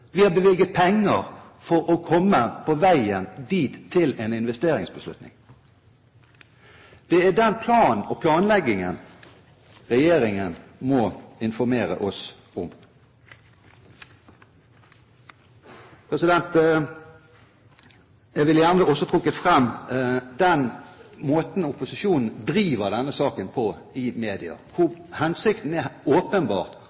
Vi har bevilget penger for å komme på veien dit, til en investeringsbeslutning. Det er den planen og planleggingen regjeringen må informere oss om. Jeg ville gjerne også trukket fram den måten opposisjonen driver denne saken på i media. Hensikten er åpenbart